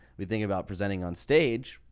we think about presenting on stage.